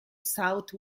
south